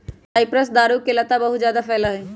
cypress दारू के लता बहुत जादा फैला हई